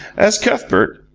as cuthbert,